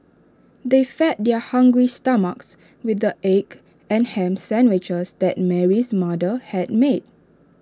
they fed their hungry stomachs with the egg and Ham Sandwiches that Mary's mother had made